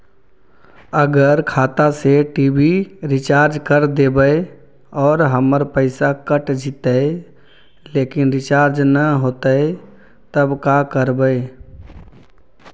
अगर खाता से टी.वी रिचार्ज कर देबै और हमर पैसा कट जितै लेकिन रिचार्ज न होतै तब का करबइ?